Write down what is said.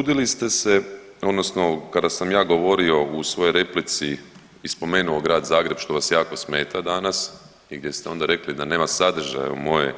Čudili ste se, odnosno kada sam ja govorio u svojoj replici i spomenuo grad Zagreb što vas jako smeta danas i gdje ste onda rekli da nema sadržaja u mojoj